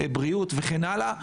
בריאות וכן הלאה.